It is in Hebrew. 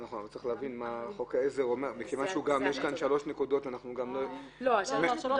יכול להיות שבעל השילוט